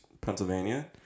Pennsylvania